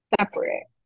separate